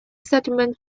settlement